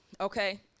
okay